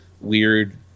weird